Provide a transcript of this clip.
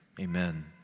Amen